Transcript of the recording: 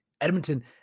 Edmonton